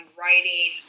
writing